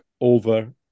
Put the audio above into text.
over